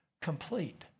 complete